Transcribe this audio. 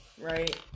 right